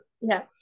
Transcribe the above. Yes